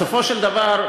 בסופו של דבר,